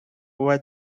was